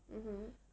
mmhmm